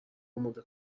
اماده